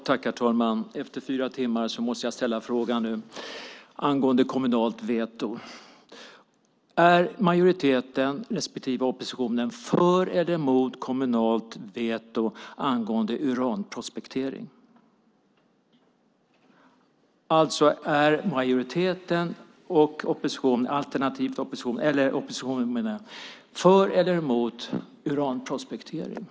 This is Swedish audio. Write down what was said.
Herr talman! Efter fyra timmar måste jag ställa frågan nu angående kommunalt veto. Är majoriteten respektive oppositionen för eller mot kommunalt veto angående uranprospektering? Alltså: Är majoriteten eller oppositionen för eller mot uranprospektering?